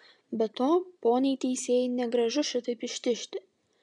be to poniai teisėjai negražu šitaip ištižti